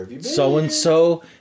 so-and-so